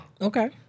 okay